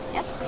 Yes